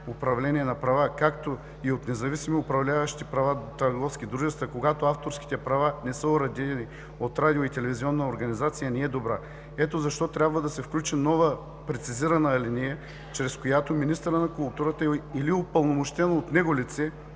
управление на права, както и от независими управляващи права търговски дружества, когато авторските права не са уредени от радио- и телевизионна организация, не е добра. Ето защо трябва да се включи нова, прецизирана алинея, чрез която министърът на културата или упълномощено от него лице